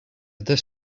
other